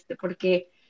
porque